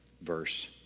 verse